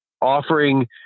offering